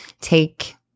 take